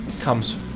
comes